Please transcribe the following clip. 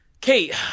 Kate